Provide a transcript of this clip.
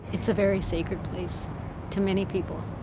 it's a very sacred place to many people.